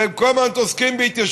שהם כל הזמן עוסקים בהתיישבות,